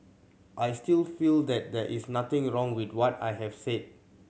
I still feel that there is nothing wrong with what I have said